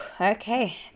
Okay